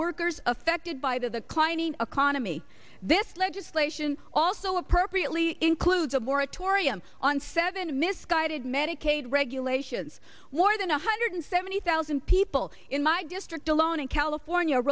workers affected by the kleinian economy this legislation also appropriately includes a moratorium on seven misguided medicaid regulations more than a hundred seventy thousand people in my district alone in california